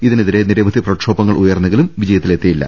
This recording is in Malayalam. ഇതിനെതിരെ നിരവധി പ്രക്ഷോഭങ്ങൾ ഉയർന്നെങ്കിലും വിജയത്തിലെത്തി യില്ല